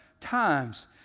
times